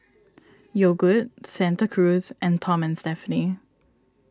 Yogood Santa Cruz and Tom Stephanie